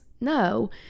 no